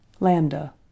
Lambda